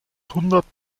hundert